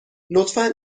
لطفا